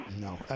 No